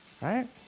right